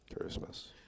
Christmas